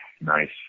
nice